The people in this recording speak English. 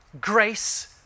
grace